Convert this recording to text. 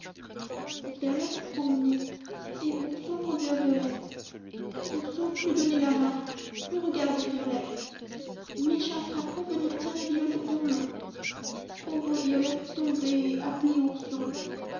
violette promener et ourson conduire violette ourson plus donner la main plus regarder violette méchant crapaud venir tirer violette dans l'eau pauvre violette tomber et appeler ourson